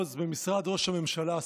במשרד ראש הממשלה אבי מעוז.